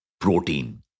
protein